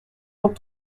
donc